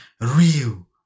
real